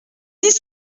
dis